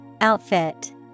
Outfit